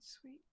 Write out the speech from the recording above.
sweet